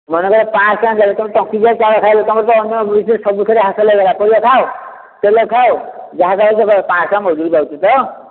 ମନେକର ପାଞ୍ଚଶହ ଟଙ୍କା ଦେଲ ତୁମେ ଟଙ୍କିକିଆ ଚାଉଳ ଖାଇଲ ତୁମେ ତ ଅନ୍ୟ ଜିନିଷ ସବୁଥିରେ ହାସଲ ହୋଇଗଲା ପାରିବା ଖାଅ ତେଲ ଖାଅ ଯାହା ଖାଉଛ ଖାଅ ପାଆଁସ ଟଙ୍କା ମଜୁରୀ ପାଉଛ ତ